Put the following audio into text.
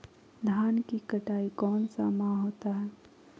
धान की कटाई कौन सा माह होता है?